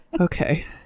Okay